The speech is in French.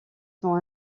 sont